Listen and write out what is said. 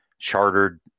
chartered